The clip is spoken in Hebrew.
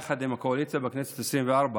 יחד עם הקואליציה בכנסת העשרים-וארבע,